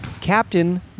Captain